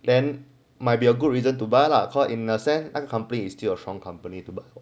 then might be a good reason to buy lah cause in a sense 那 company is still a strong company to buy